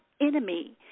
enemy